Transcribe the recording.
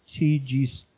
Tg